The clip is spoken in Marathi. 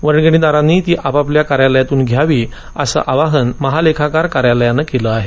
वर्गणीदारांनी ती आपल्या कार्यालयातून घ्यावीत असं आवाहन महालेखाकार कार्यालयानं केलं आहे